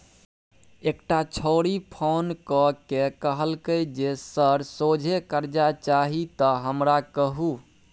एकटा छौड़ी फोन क कए कहलकै जे सर सोझे करजा चाही त हमरा कहु